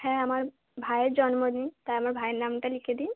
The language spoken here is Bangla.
হ্যাঁ আমার ভাইয়ের জন্মদিন তাই আমার ভাইয়ের নামটা লিখে দিন